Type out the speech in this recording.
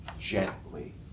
gently